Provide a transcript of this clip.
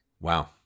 Wow